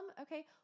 Okay